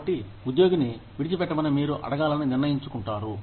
కాబట్టి ఉద్యోగిని విడిచిపెట్టమని మీరు అడగాలని నిర్ణయించుకుంటారు